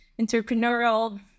entrepreneurial